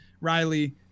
riley